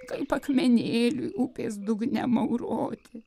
kaip akmenėliui upės dugne mauroti